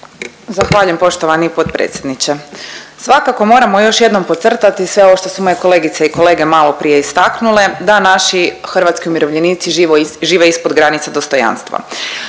Zahvaljujem poštovani potpredsjedniče. Svakako moramo još jednom podcrtati sve ovo što su moje kolegice i kolege maloprije istaknule da naši hrvatski umirovljenici žive ispod granice dostojanstva.